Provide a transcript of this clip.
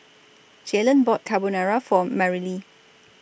Jaylen bought Carbonara For Marilee